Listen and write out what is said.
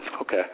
Okay